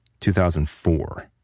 2004